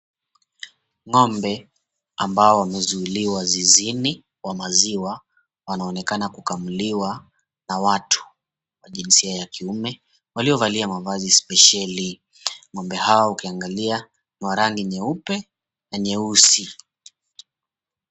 Ng'ombe ambao wamezuiliwa zizini wa maziwa wanaonekana kukamuliwa na watu wa jinsia ya kiume waliovalia mavazi spesheli . Ng'ombe hao ukiangalia ni wa rangi nyeupe na nyeusi.